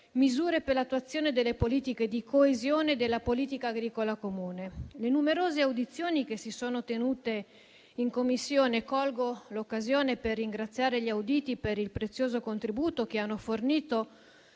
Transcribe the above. misure per l'attuazione delle politiche di coesione e della politica agricola comune. Le numerose audizioni che si sono tenute in Commissione - rispetto alle quali colgo l'occasione per ringraziare gli auditi per il prezioso contributo che hanno fornito